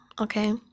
okay